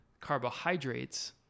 carbohydrates